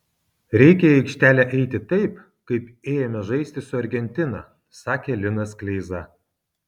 reikia į aikštelę eiti taip kaip ėjome žaisti su argentina sakė linas kleiza